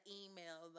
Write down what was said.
email